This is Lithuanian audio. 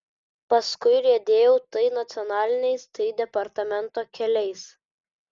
paskui riedėjau tai nacionaliniais tai departamento keliais